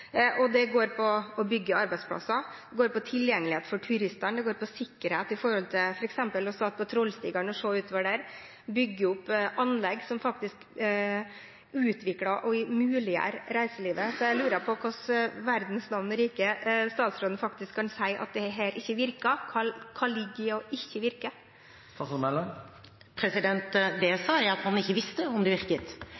landet. Det går på å bygge arbeidsplasser, det går på tilgjengelighet for turistene, det går på sikkerhet når det gjelder f.eks. å stå på Trollstigen og se utover der, på å bygge opp anlegg som faktisk utvikler og muliggjør reiselivet. Så jeg lurer på hvordan i all verdens land og rike statsråden faktisk kan si at dette ikke virker. Hva ligger det i å ikke virke? Det jeg